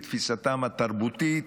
בתפיסתם התרבותית,